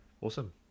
Awesome